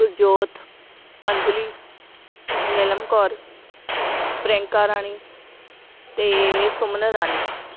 ਗੁਰਜੋਤ ਅੰਜਲੀ ਨਿਲਮ ਕੌਰ ਪ੍ਰਿਅੰਕਾ ਰਾਣੀ ਅਤੇ ਸੁਮਨ ਰਾਣੀ